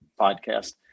podcast